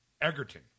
Egerton